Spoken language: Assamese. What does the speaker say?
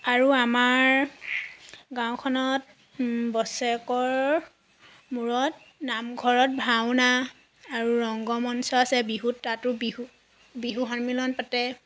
আৰু আমাৰ গাঁওখনত বছেৰেকৰ মূৰত নামঘৰত ভাওনা আৰু ৰংগ মঞ্চ আছে বিহুত তাতো বিহু বিহু সন্মিলন পাতে